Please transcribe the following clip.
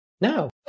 No